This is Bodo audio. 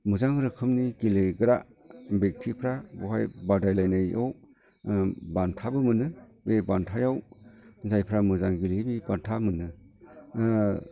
मोजां रोखोमनि गेलेग्रा बेखथिफ्रा बहाय बादायलायनायाव बान्थाबो मोनो बे बान्थायाव जायफ्रा मोजां गेलेयो बे बान्था मोनो